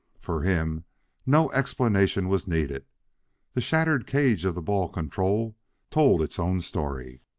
for him no explanation was needed the shattered cage of the ball-control told its own story.